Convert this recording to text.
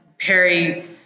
Perry